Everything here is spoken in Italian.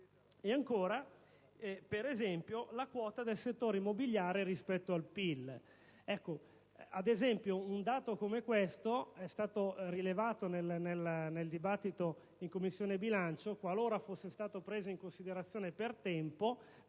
e ancora, della quota del settore immobiliare rispetto al PIL.